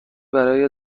برای